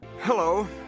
Hello